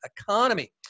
economy